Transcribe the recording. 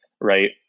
right